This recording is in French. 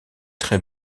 très